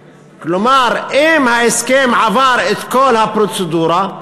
כלומר, אם ההסכם עבר את כל הפרוצדורה,